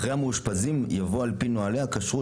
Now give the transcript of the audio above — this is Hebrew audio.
אחרי "המאושפזים בו" יבוא "על פי נוהלי הכשרות